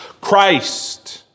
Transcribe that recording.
Christ